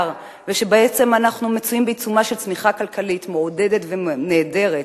ובעצם אנחנו מצויים בעיצומה של צמיחה כלכלית מעודדת ונהדרת,